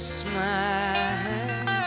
smile